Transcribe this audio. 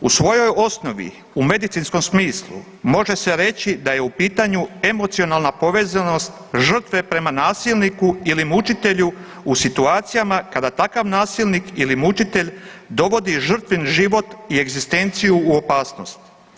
I svojoj osnovi u medicinskom smislu može se reći da je u pitanju emocionalna povezanost žrtve prema nasilniku ili mučitelju u situacijama kada takav nasilnik ili mučitelj dovodi žrtvin život i egzistenciju u opasnost.